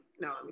No